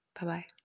Bye-bye